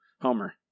Homer